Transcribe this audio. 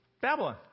Babylon